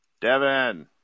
Devin